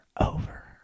over